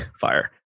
fire